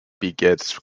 begets